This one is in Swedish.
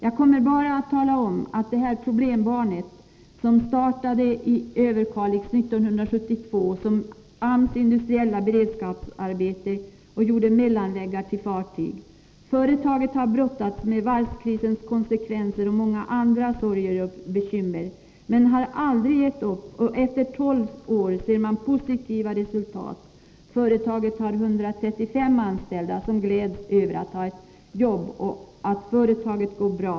Jag vill bara tala om att det här ”problembarnet” startade i Överkalix 1972 med AMS industriella beredskapsarbete som grund och att det gör mellanväggar till fartyg. Företaget har brottats med varvskrisens konsekvenser och många andra sorger och bekymmer men har aldrig gett upp. Efter tolv år ser man nu positiva resultat. Företaget har 135 anställda, som gläds över att ha ett jobb och att företaget går bra.